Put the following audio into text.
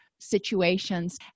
situations